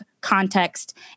context